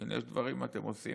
הינה, יש דברים שאתם עושים,